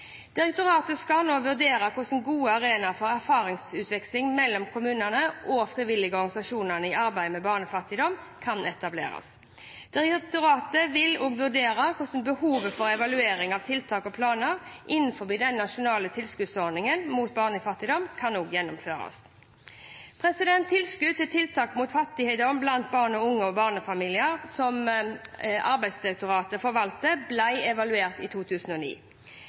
Direktoratet skal nå vurdere hvordan gode arenaer for erfaringsutveksling mellom kommunene og frivillige organisasjoner i arbeidet med barnefattigdom kan etableres. Direktoratet vil også vurdere hvordan behovet for evaluering av tiltak og planer innenfor Nasjonal tilskuddsordning mot barnefattigdom kan gjennomføres. Tilskudd til tiltak mot fattigdom blant barn, unge og barnefamilier, som Arbeidsdirektoratet forvalter, ble evaluert i 2009.